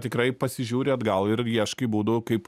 tikrai pasižiūri atgal ir ieškai būdų kaip